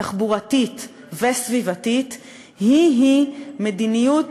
תחבורתית וסביבתית היא-היא מדיניות,